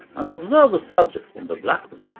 and observe the subject from the black